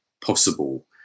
possible